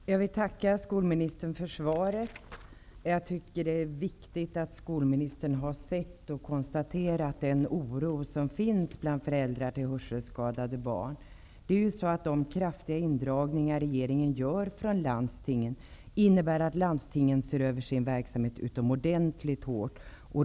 Herr talman! Jag vill tacka skolministern för svaret. Jag tycker att det är viktigt att skolministern har sett och konstaterat den oro som finns bland föräldrar till hörselskadade barn. De kraftiga indragningar som regeringen gör från landstingen innebär att landstingen ser över sin verksamhet utomordentligt hårt.